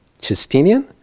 Justinian